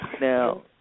Now